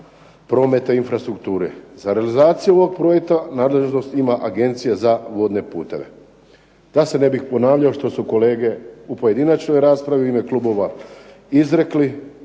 prometa i infrastrukture. Za realizaciju ovog projekta nadležnost ima Agencija za vodne puteve. Da ne bih ponavljao što su kolege u pojedinačnoj raspravi u ime klubova izrekli